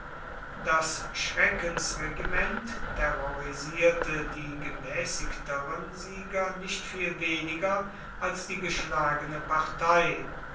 das schreckensregiment terrorisierte die gemäßigteren sieger nicht viel weniger als die geschlagene partei